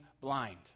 blind